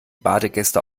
badegäste